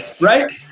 Right